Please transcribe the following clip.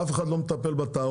אף אחד לא מטפל בתערובת,